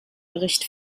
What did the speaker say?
bericht